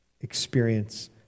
experience